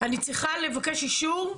אני צריכה לבקש אישור?